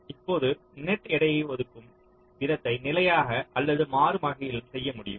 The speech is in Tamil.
இப்போது நெட் எடையை ஒதுக்கும் விதத்தை நிலையாக அல்லது மாறும் வகையில் செய்ய முடியும்